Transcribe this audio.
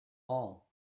all